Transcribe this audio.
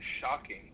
shocking